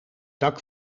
dak